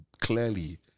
clearly